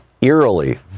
eerily